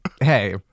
hey